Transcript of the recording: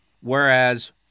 whereas